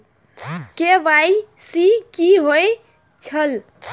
KYC कि होई छल?